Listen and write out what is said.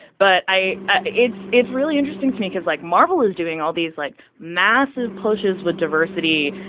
but i it's it's really interesting to me because, like, marvel is doing all these, like, massive pushes with diversity,